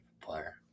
player